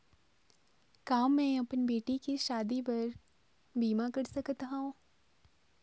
का मैं अपन बेटी के शादी बर बीमा कर सकत हव?